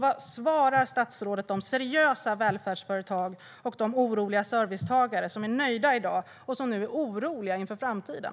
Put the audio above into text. Vad svarar statsrådet de seriösa välfärdsföretag och nöjda servicetagare som nu är oroliga för framtiden?